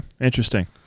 interesting